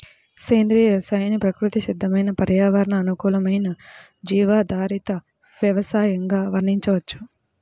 సేంద్రియ వ్యవసాయాన్ని ప్రకృతి సిద్దమైన పర్యావరణ అనుకూలమైన జీవాధారిత వ్యవసయంగా వర్ణించవచ్చు